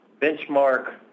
benchmark